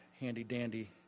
handy-dandy